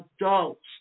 adults